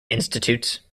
institutes